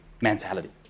mentality